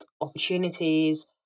opportunities